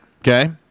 Okay